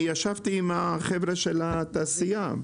ישבתי עם החבר'ה של התעשייה.